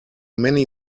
many